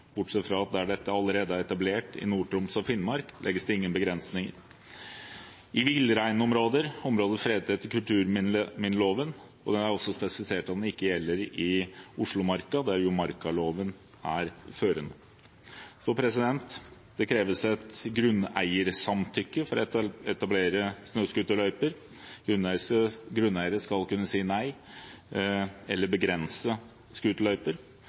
bortsett fra der dette allerede er etablert i Nord-Troms og Finnmark, der legges det ingen begrensning – i villreinområder og i områder fredet etter kulturminneloven. Det er også spesifisert at det ikke gjelder i Oslomarka, der markaloven er førende. Og det kreves et grunneiersamtykke for å etablere snøscooterløyper. Grunneiere skal kunne si nei, eller kunne begrense